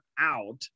out